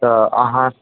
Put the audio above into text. तऽ अहाँ